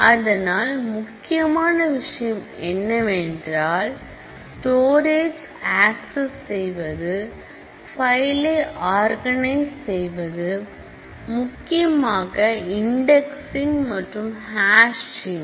அதனால் முக்கியமான விஷயம் என்னவென்றால் ஸ்டோரேஜ் ஆக்சஸ் செய்வது பைலை ஆர்கனைஸ் செய்வது முக்கியமாக இன்டெக்ஸின் மற்றும் ஹேசிங்